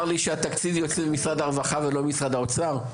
לי שהתקציב יוצא ממשרד הרווחה ולא ממשרד האוצר?